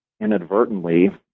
inadvertently